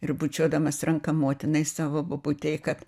ir bučiuodamas ranką motinai savo bobutei kad